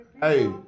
Hey